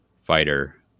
fighter